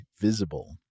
Visible